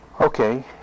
Okay